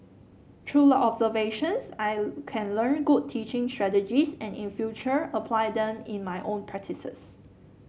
through the observations I can learn good teaching strategies and in future apply them in my own practices